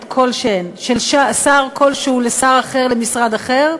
כלשהן של שר כלשהו לשר אחר למשרד אחר,